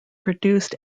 produced